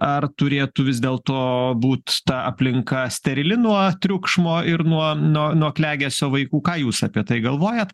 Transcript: ar turėtų vis dėlto būt ta aplinka sterili nuo triukšmo ir nuo nuo nuo klegesio vaikų ką jūs apie tai galvojat